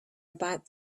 about